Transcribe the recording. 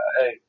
Hey